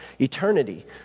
eternity